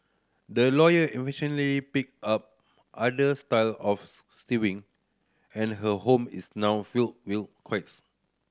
the lawyer eventually picked up other style of sewing and her home is now filled will quilts